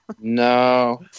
No